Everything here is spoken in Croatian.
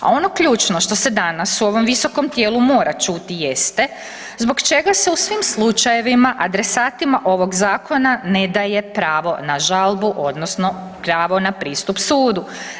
A ono ključno što se danas u ovom visokom tijelu mora čuti jeste zbog čega se u svim slučajevima adresatima ovog zakona ne daje pravo na žalbu, odnosno pravo na pristup sudu.